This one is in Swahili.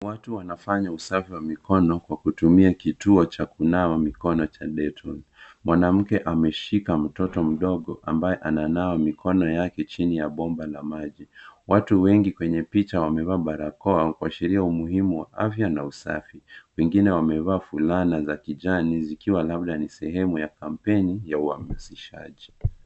Watu wanafanya usafi wa mikono kutumia kituo cha kunawa mikono Cha dettol .Mwanamke ameshika mtoto mdogo mdogo ambaye ananawa mikono yake chini ya bomba la maji. Watu wengi kwenye picha wamevaa barakoa kuashiria umuhimu wa afya na usafi. Wengine wamevaa fulana za kijani zikiwa ni sehemu ya kampeni ya uhamasishaji.